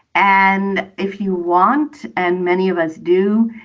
and if you want, and many of us do,